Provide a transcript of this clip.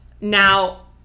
now